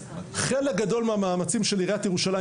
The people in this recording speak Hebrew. חלק גדול מהמאמצים של עיריית ירושלים